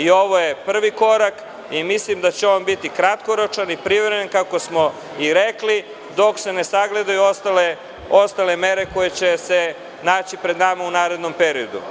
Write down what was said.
Ovo je prvi korak i mislim da će on biti kratkoročan i privremen, kako smo i rekli dok se ne sagledaju ostale mere koje će se naći pred nama u narednom periodu.